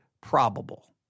probable